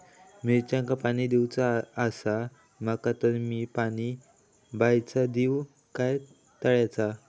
मिरचांका पाणी दिवचा आसा माका तर मी पाणी बायचा दिव काय तळ्याचा?